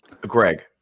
Greg